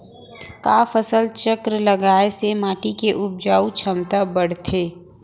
का फसल चक्र लगाय से माटी के उपजाऊ क्षमता बढ़थे?